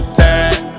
time